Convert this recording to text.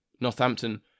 Northampton